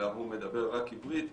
אלא הוא מדבר רק עברית,